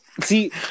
See